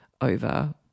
over